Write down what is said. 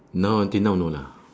now until now no lah